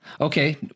Okay